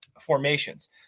formations